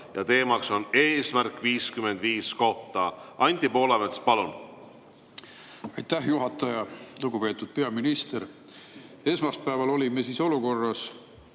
ja teema on "Eesmärk 55". Anti Poolamets, palun! Aitäh, juhataja! Lugupeetud peaminister! Esmaspäeval olime olukorras,